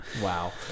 Wow